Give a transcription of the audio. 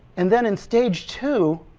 and then in stage two